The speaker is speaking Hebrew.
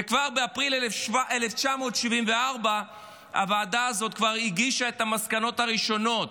ובאפריל 1974 הוועדה הזאת כבר הגישה את המסקנות הראשונות.